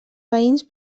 veïns